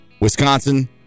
Wisconsin